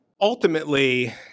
Ultimately